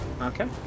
okay